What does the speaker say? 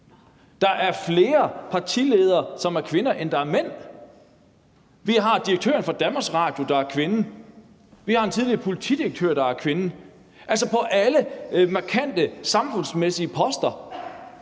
Der er flere partiledere, som er kvinder, end som er mænd. Vi har direktøren for DR, der er kvinde. Vi har en tidligere politidirektør, der er kvinde. Altså, på alle markante samfundsmæssige poster